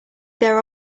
their